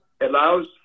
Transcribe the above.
allows